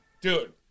Dude